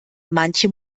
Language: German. manche